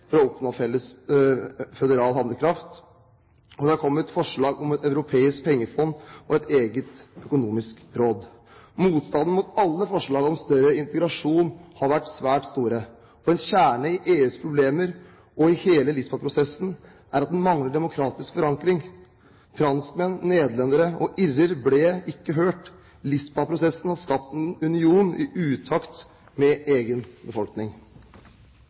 for å oppnå føderal handlekraft. Og det har kommet forslag om et europeisk pengefond og et eget økonomisk råd. Motstanden mot alle forslagene om større integrasjon har vært svært stor. En kjerne i EUs problemer og i hele Lisboa-prosessen er at den mangler demokratisk forankring. Franskmenn, nederlendere og irer ble ikke hørt. Lisboa-prosessen har skapt en union i utakt med egen befolkning.